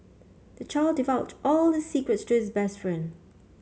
the child divulged all his secrets to his best friend